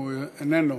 איננו.